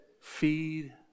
feed